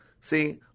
See